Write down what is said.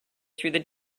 through